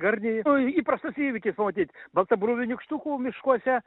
garnį nu įprastas įvykis pamatyt baltabruvių nykštukų miškuose